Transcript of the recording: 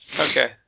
Okay